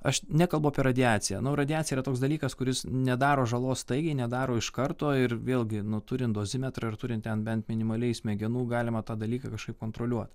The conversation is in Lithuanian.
aš nekalbu apie radiaciją radiacija yra toks dalykas kuris nedaro žalos staigiai nedaro iš karto ir vėlgi nu turint dozimetrą ir turint ten bent minimaliai smegenų galima tą dalyką kažkaip kontroliuot